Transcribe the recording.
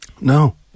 No